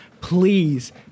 Please